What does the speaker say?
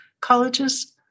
colleges